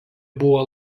buvo